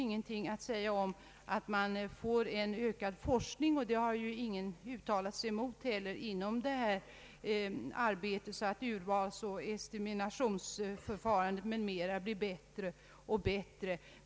Ingen har ju heller uttalat sig mot en utökad forskning på detta område, som kan medföra att urvalsoch estimationsförfarandet m.m. blir bättre och bättre.